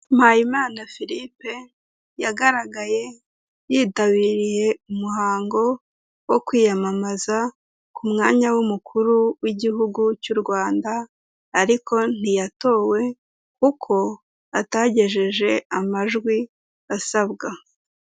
Mpayimana Firipe yagaragaye yitabiriye umuhango wo kwiyamamaza ku mwanya w'umukuru w'igihugu cy'u Rwanda ariko ntiyatowe kuko atagejeje amajwi asabwa.